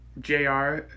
JR